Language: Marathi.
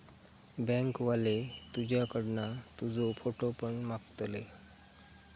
बँक वाले तुझ्याकडना तुजो फोटो पण मागतले